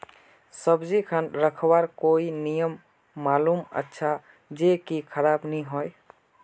सब्जी खान रखवार कोई नियम मालूम अच्छा ज की खराब नि होय?